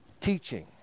teaching